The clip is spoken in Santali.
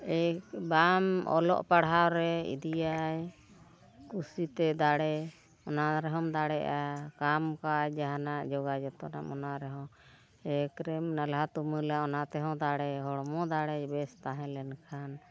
ᱮᱠ ᱵᱟᱢ ᱚᱞᱚᱜ ᱯᱟᱲᱦᱟᱣ ᱨᱮ ᱤᱫᱤᱭᱟᱭ ᱠᱩᱥᱤᱛᱮ ᱫᱟᱲᱮ ᱚᱱᱟ ᱨᱮᱦᱚᱢ ᱫᱟᱲᱮᱭᱟᱜᱼᱟ ᱠᱟᱢ ᱠᱟᱡ ᱡᱟᱦᱟᱱᱟᱜ ᱡᱚᱜᱟᱣ ᱡᱚᱛᱚᱱᱟᱢ ᱚᱱᱟ ᱨᱮᱦᱚᱸ ᱮᱠ ᱨᱮᱢ ᱱᱟᱞᱦᱟ ᱛᱩᱢᱟᱹᱞᱟ ᱚᱱᱟ ᱛᱮᱦᱚᱸ ᱫᱟᱲᱮ ᱦᱚᱲᱢᱚ ᱫᱟᱲᱮ ᱵᱮᱥ ᱛᱟᱦᱮᱸ ᱞᱮᱱᱠᱷᱟᱱ